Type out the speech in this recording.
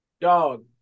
dog